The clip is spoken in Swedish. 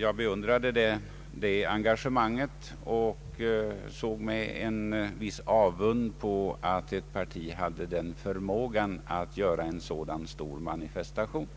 Jag beundrade detta engagemang och såg med en viss avund att ett parti hade förmågan att göra en sådan stor manifestation.